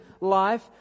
life